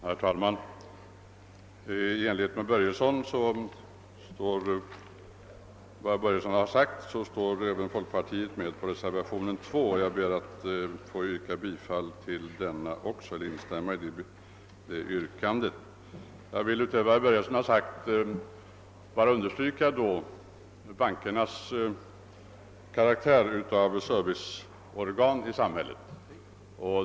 Herr talman! Såsom herr Börjesson i Glömminge här sagt står även folkpartiets representanter för reservationen 2, och jag ber att få instämma i hans yrkande om bifall till den. Jag vill utöver vad herr Börjesson anfört bara understryka bankernas karaktär av samhälleliga serviceorgan.